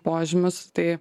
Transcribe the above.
požymius tai